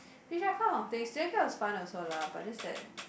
things student care was fun also lah but just that